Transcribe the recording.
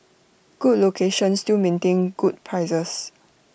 good locations still maintain good prices